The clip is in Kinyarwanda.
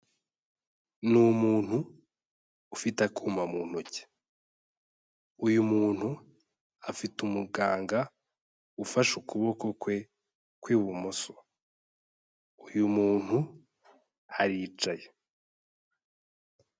Ni umuntu ufite akuma mu ntoki, uyu muntu afite umuganga ufashe ukuboko kwe kw'ibumoso, uyu muntu aricaye.